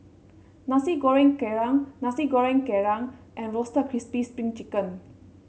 Nasi Goreng Kerang Nasi Goreng Kerang and Roasted Crispy Spring Chicken